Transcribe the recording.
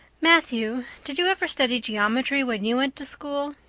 matthew, did you ever study geometry when you went to school?